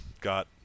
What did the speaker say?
got